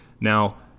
Now